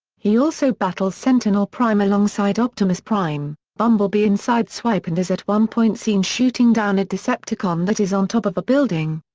he also battles sentinel prime alongside optimus prime, bumblebee and sideswipe and is at one point seen shooting down a decepticon that is on top of a building.